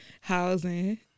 housing